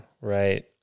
right